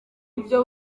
ibyo